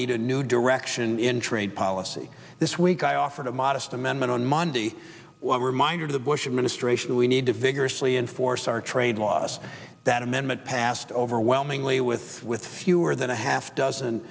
need a new direction in trade policy this week i offered a modest amendment on monday one reminder to the bush administration we need to vigorously enforce our trade laws that amendment passed overwhelmingly with with fewer than a half dozen